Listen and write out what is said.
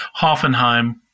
Hoffenheim